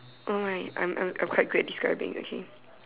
oh my I'm I'm quite great describing okay